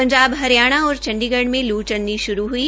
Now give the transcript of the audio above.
पंजाब हरियाणा और चंडीगढ़ में लू चलनी शुरू ह्ई